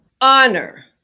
honor